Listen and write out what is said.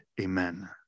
Amen